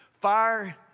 fire